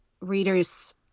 readers